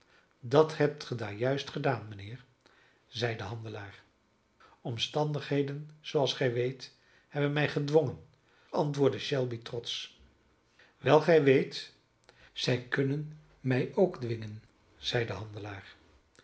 dat hebt ge daar juist gedaan mijnheer zeide de handelaar omstandigheden zooals gij weet hebben mij gedwongen antwoordde shelby trotsch wel gij weet zij kunnen mij ook dwingen zeide de handelaar